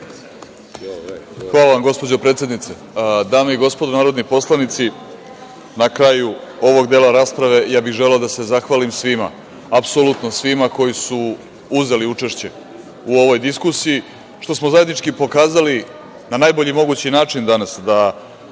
Hvala vam, gospođo predsednice. Dame i gospodo narodni poslanici, na kraju ovog dela rasprave, ja bih želeo da se zahvalim svima, apsolutno svima koji su uzeli učešće u ovoj diskusiji, što smo zajednički pokazali na najbolji mogući način danas da